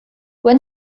when